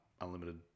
unlimited